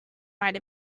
might